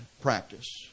practice